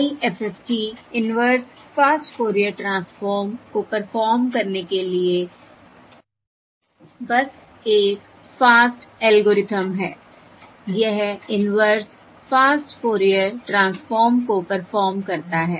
IFFT inverse fast Fourier transform को perform करने के लिए बस एक फास्ट एल्गोरिथ्म है यह इनवर्स फास्ट फोरियर ट्रांसफॉर्म को परफॉर्म करता है